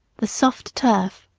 the soft turf,